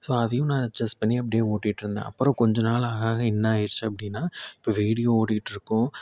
so அதையும் நான் adjust பண்ணி அப்படியே ஓட்டிட்டிருந்தேன் அப்பறம் கொஞ்ச நாள் ஆக ஆக என்ன ஆயிருச்சு அப்படின்னா இப்போ வீடியோ ஓடிட்டிருக்கும்